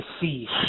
see